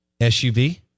SUV